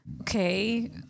okay